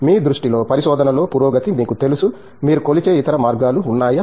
మీ దృష్టిలో పరిశోధనలో పురోగతి మీకు తెలుసు మీరు కొలిచే ఇతర మార్గాలు ఉన్నాయా